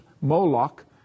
Moloch